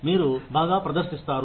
మీరు బాగా ప్రదర్శిస్తారు